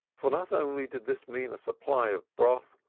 for not only did this mean a supply of broth,